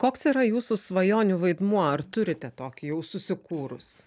koks yra jūsų svajonių vaidmuo ar turite tokį jau susikūrus